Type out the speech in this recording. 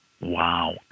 Wow